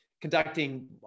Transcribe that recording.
conducting